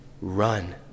run